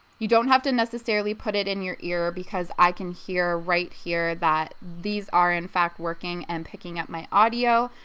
you don't have to necessarily put it in your ear because i can hear right here that these are in fact working and picking up my audio.